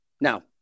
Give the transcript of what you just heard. Now